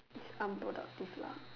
it's unproductive lah